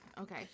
okay